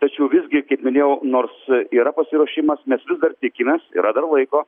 tačiau visgi kaip minėjau nors yra pasiruošimas mes vis dar tikimės yra dar laiko